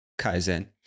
Kaizen